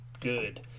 good